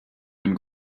ein